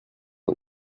est